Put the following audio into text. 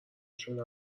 شدن